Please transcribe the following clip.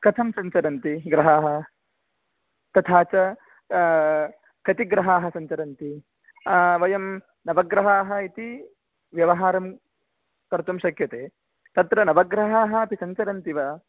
कथं सञ्चरन्ति ग्रहाः तथा च कति ग्रहाः सञ्चरन्ति वयं नव ग्रहाः इति व्यवहारं कर्तुं शक्यते तत्र नवग्रहाः अपि सञ्चरन्ति वा